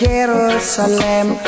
Jerusalem